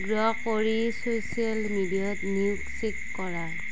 অনুগ্ৰহ কৰি ছ'চিয়েল মিডিয়াত নিউজ চেক কৰা